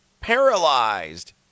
paralyzed